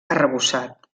arrebossat